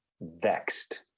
Vexed